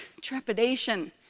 trepidation